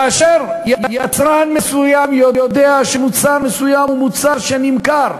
כאשר יצרן מסוים יודע שמוצר מסוים הוא מוצר שנמכר,